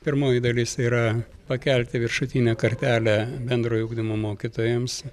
pirmoji dalis yra pakelti viršutinę kartelę bendrojo ugdymo mokytojams